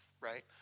right